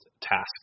task